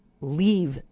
leave